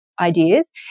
ideas